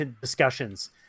discussions